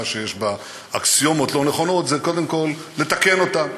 שיש בה אקסיומות לא נכונות זה קודם כול לתקן אותה.